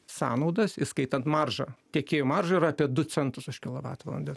sąnaudas įskaitant maržą tiekėjų marža yra apie du centus už kilovatvalandę